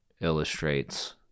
illustrates